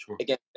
Again